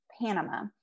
Panama